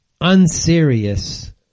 unserious